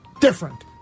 different